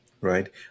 right